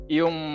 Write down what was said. yung